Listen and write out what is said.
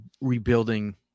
rebuilding